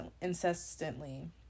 incessantly